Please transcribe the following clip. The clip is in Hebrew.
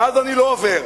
ואז אני לא עובר.